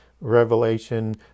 Revelation